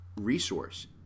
resource